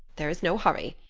there is no hurry.